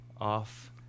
off